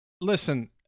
Listen